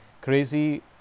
crazy